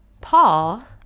Paul